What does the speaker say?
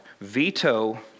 veto